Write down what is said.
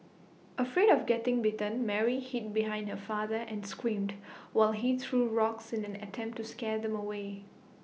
afraid of getting bitten Mary hid behind her father and screamed while he threw rocks in an attempt to scare them away